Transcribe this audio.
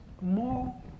more